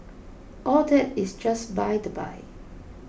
all that is just by the by